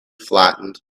flattened